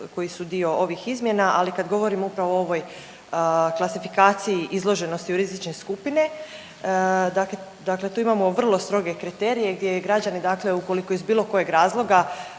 koji su dio ovih izmjena, ali kad govorim upravo o ovoj klasifikaciji izloženosti u rizične skupine, dakle tu imamo vrlo stroge kriterije gdje građani ukoliko iz bilo kojeg razloga